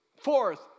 Fourth